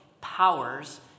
powers